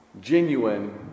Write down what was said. genuine